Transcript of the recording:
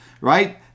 right